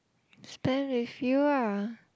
stand with you ah